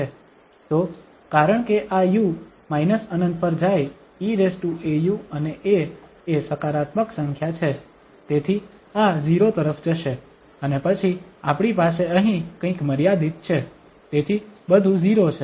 તો કારણકે આ u ∞ પર જાય eau અને a એ સકારાત્મક સંખ્યા છે તેથી આ 0 તરફ જશે અને પછી આપણી પાસે અહીં કંઈક મર્યાદિત છે તેથી બધું 0 છે